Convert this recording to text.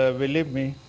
ah believe me,